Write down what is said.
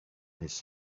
his